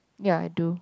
ya I do